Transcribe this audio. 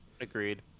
Agreed